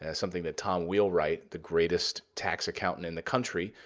ah something that tom wheelwright, the greatest tax accountant in the country,